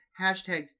Hashtag